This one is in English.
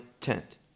tent